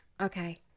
okay